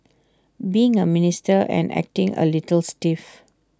being A minister and acting A little stiff